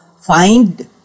find